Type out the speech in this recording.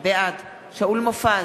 בעד שאול מופז,